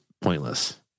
pointless